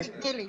חני, תני לי.